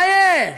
מה יש?